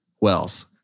Wells